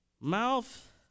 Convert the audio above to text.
Mouth